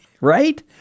right